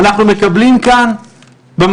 אנחנו מקבלים במחשכים,